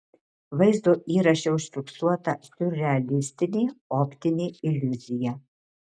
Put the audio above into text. vaizdo įraše užfiksuota siurrealistinė optinė iliuzija